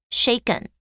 shaken